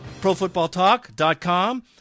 ProFootballTalk.com